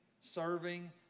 serving